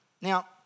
Now